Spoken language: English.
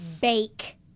bake